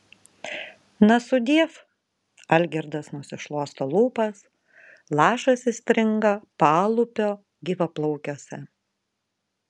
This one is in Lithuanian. na sudiev algirdas nusišluosto lūpas lašas įstringa palūpio gyvaplaukiuose